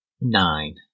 nine